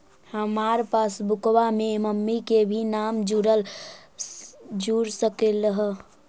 हमार पासबुकवा में मम्मी के भी नाम जुर सकलेहा?